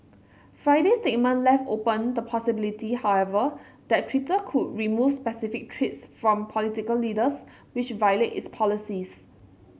Friday's statement left open the possibility however that Twitter could remove specific tweets from political leaders which violate its policies